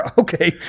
okay